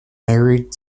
married